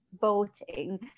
voting